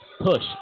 push